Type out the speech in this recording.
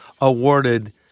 awarded